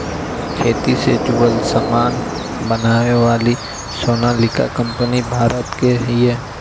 खेती से जुड़ल सामान बनावे वाली सोनालिका कंपनी भारत के हिय